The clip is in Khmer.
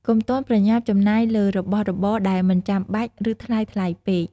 កុំទាន់ប្រញាប់ចំណាយលើរបស់របរដែលមិនចាំបាច់ ឬថ្លៃៗពេក។